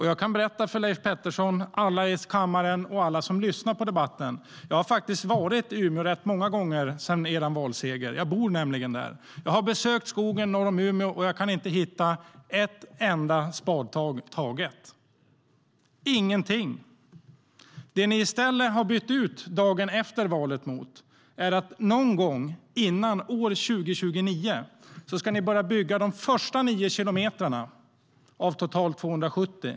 Jag kan berätta för Leif Pettersson, alla i kammaren och alla som lyssnar på debatten att jag har varit i Umeå rätt många gånger sedan er valseger. Jag bor nämligen där. Jag har besökt skogen norr om Umeå, och jag kan inte hitta ett enda spadtag som är taget. Det finns ingenting. Det ni i stället har sagt dagen efter valet är att ni någon gång före år 2029 ska börja bygga de första nio kilometerna av totalt 270.